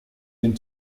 den